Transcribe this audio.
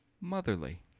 motherly